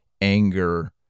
anger